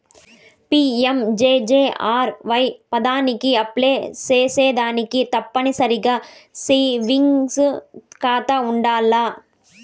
PMJJAY పదకానికి apply సేసేదానికి తప్పనిసరిగా సేవింగ్స్ కాతా ఉండాల్ల